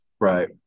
Right